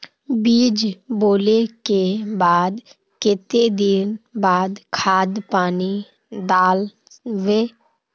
बीज बोले के बाद केते दिन बाद खाद पानी दाल वे?